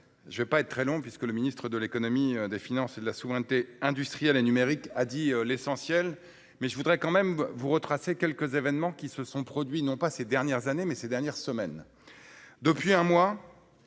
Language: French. je ne veux pas être très long, puisque le ministre de l'économie, des finances et de la souveraineté industrielle et numérique a dit l'essentiel. Je voudrais quand même vous relater quelques événements qui se sont produits non pas ces dernières années, mais ces dernières semaines,